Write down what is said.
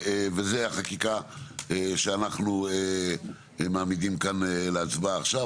וזה החקיקה שאנחנו מעמידים כאן להצבעה עכשיו,